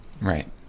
Right